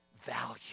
value